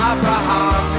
Abraham